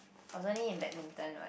I was only in badminton what